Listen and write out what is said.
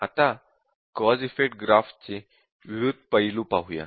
आता cause effect graph चे विविध पैलू पाहूया